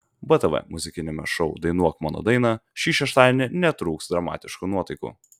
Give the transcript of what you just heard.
btv muzikiniame šou dainuok mano dainą šį šeštadienį netrūks dramatiškų nuotaikų